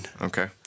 Okay